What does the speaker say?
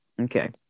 Okay